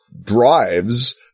drives